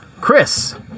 Chris